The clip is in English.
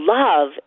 love